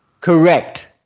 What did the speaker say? Correct